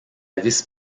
vice